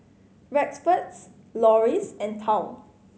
Rexford Loris and Tal